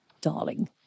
darling